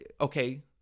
okay